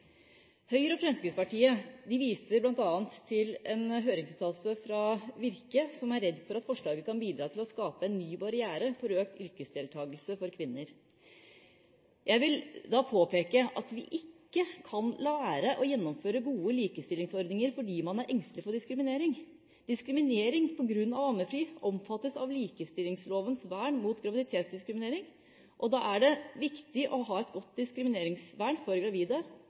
Høyre og Fremskrittspartiet viser bl.a. til en høringsuttalelse fra Virke, som er redd for at forslaget kan bidra til å skape en ny barriere for økt yrkesdeltakelse for kvinner. Jeg vil da påpeke at vi ikke kan la være å gjennomføre gode likestillingsordninger fordi man er engstelig for diskriminering. Diskriminering på grunn av ammefri omfattes av likestillinglovens vern mot graviditetsdiskriminering. Da er det viktig å ha et godt diskrimineringsvern for